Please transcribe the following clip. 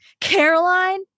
caroline